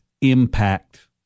impact